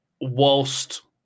whilst